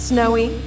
Snowy